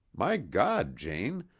my god, jane,